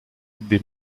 des